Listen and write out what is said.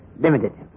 limited